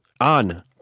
on